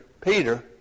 Peter